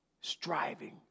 striving